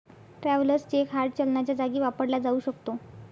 travellers cheque hard चलनाच्या जागी वापरला जाऊ शकतो